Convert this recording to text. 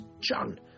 John